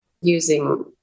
using